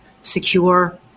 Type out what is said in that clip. secure